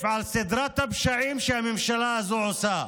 על סדרת הפשעים שהממשלה הזו עושה.